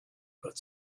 but